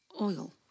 oil